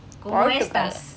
portugal